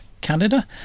Canada